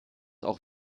auch